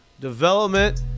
Development